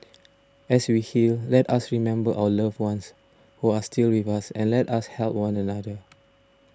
as we heal let us remember our loved ones who are still with us and let us help one another